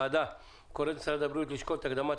הוועדה קוראת למשרד הבריאות לשקול את הקדמת